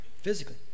physically